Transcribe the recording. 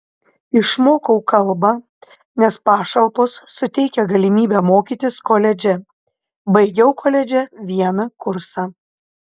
išmokau kalbą nes pašalpos suteikia galimybę mokytis koledže baigiau koledže vieną kursą